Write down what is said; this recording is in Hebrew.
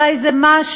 אולי זה משהו,